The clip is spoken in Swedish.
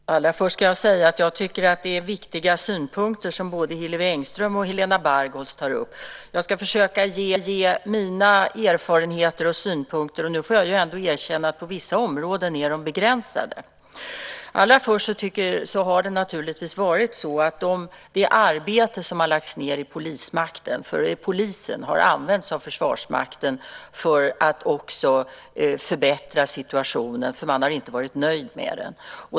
Fru talman! Allra först ska jag säga att jag tycker att det är viktiga synpunkter som både Hillevi Engström och Helena Bargholtz tar upp. Jag ska försöka ge mina erfarenheter och synpunkter, och då får jag ändå erkänna att på vissa områden är de begränsade. Naturligtvis har det arbete som har lagts ned inom polisen använts av Försvarsmakten för att förbättra situationen där, för man har inte varit nöjd med den.